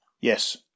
yes